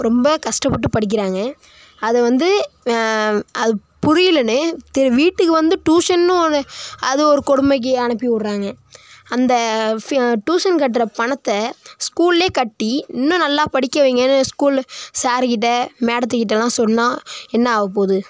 ரொம்ப கஷ்டப்பட்டு படிக்கிறாங்க அது வந்து அது புரியலன்னு வீட்டுக்கு வந்து டியூஷன்னு ஒன்று அது ஒரு கொடுமைக்கி அனுப்பிவுடுறாங்க அந்த டியூஷனுக்கு கட்டுற பணத்தை ஸ்கூல்லே கட்டி இன்னும் நல்லா படிக்க வைங்கன்னு ஸ்கூலு சார் கிட்ட மேடத்துகிட்டலாம் சொன்னால் என்ன ஆகப்போது